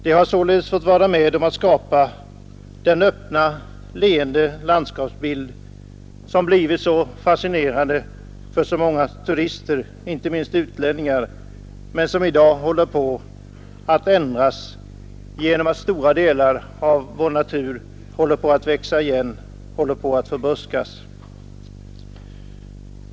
De har således fått vara med om att skapa den öppna leende landskapsbild som blivit så fascinerande för så många turister, inte minst utlänningar, men som i dag håller på att ändras genom att stora delar av vår natur håller på att växa igen eller förbuskas.